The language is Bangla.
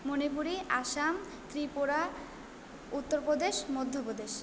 মণিপুর আসাম ত্রিপুরা উত্তরপ্রদেশ মধ্যপ্রদেশ